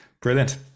Brilliant